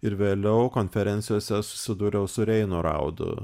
ir vėliau konferencijose susidūriau su reinu raudu